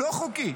לא חוקי.